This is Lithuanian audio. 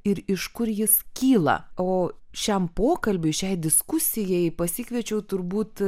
ir iš kur jis kyla o šiam pokalbiui šiai diskusijai pasikviečiau turbūt